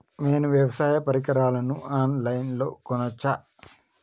నేను వ్యవసాయ పరికరాలను ఆన్ లైన్ లో కొనచ్చా?